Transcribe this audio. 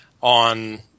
on